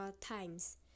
times